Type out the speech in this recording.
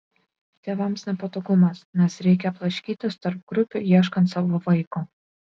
tėvams nepatogumas nes reikia blaškytis tarp grupių ieškant savo vaiko